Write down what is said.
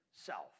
self